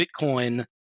Bitcoin